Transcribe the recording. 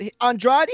Andrade